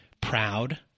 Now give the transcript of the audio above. proud